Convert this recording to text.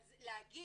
אז להגיד